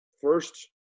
first